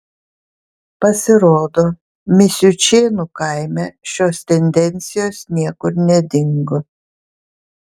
pasirodo misiučėnų kaime šios tendencijos niekur nedingo